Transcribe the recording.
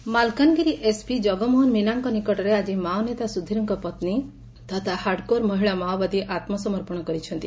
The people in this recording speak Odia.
ମାଓବାଦୀ ମାଲକାନଗିରି ଏସପି ଜଗମୋହନ ମୀନାଙ୍କ ନିକଟରେ ଆଜି ମାଓନେତା ସ୍ପିରଙ୍କ ପନୀ ତଥା ହାର୍ଡକୋର ମହିଳା ମାଓବାଦୀ ଆମ୍ସମର୍ପଣ କରିଛନ୍ତି